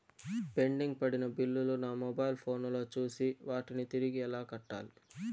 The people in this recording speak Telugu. పెండింగ్ పడిన బిల్లులు ను మొబైల్ ఫోను లో చూసి వాటిని తిరిగి ఎలా కట్టాలి